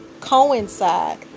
coincide